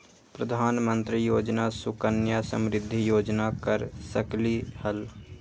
प्रधानमंत्री योजना सुकन्या समृद्धि योजना कर सकलीहल?